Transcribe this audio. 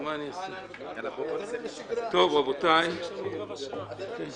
ולכן אני לא רוצה לערבב נושא